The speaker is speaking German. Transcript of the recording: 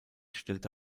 stellte